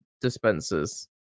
dispensers